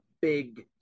big